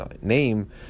name